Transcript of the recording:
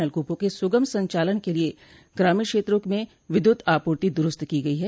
नलकूपों के सुगम संचालन के लिये ग्रामीण क्षेत्रों में विद्युत आपूर्ति दुरूस्त की गई है